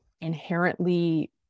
inherently